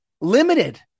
limited